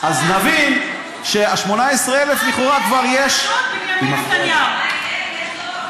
אנחנו לא יכולים לסגור להם עד שהפרקליט יקרא את זה,